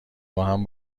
باهم